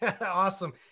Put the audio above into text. Awesome